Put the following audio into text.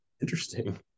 interesting